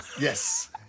Yes